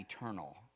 eternal